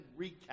recap